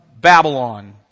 Babylon